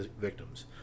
victims